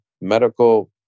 medical